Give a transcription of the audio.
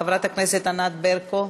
חברת הכנסת ענת ברקו.